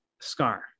scar